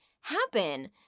happen